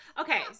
Okay